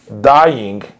dying